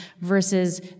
versus